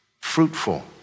fruitful